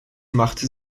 machte